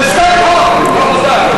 זה סתם חוק, רבותי.